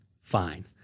Fine